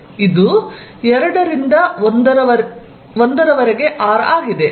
ಇದು 2 ರಿಂದ 1 ರವರೆಗೆ r ಆಗಿದೆ